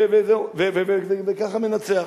וככה מנצח.